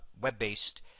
web-based